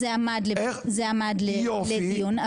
זה עמד לדיון,